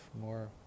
more